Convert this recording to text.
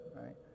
right